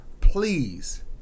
please